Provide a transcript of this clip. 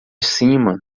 cima